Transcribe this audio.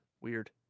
weird